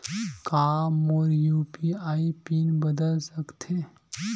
का मोर UPI PIN बदल सकथे?